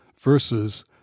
versus